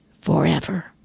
forever